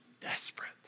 desperate